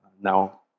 now